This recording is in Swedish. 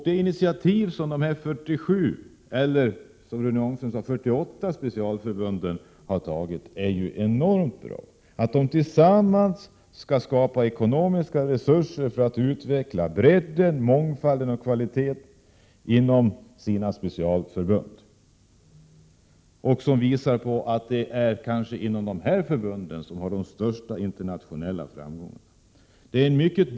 Det initiativ som dessa 47 eller, som Rune Ångström sade, 48 specialförbund har tagit är enormt bra. De skall tillsammans skapa ekonomiska resurser för att utveckla bredden, mångfalden och kvaliteten inom sina specialförbund. Det visar på att det kanske är inom dessa förbund som man har de största internationella framgångarna att vänta.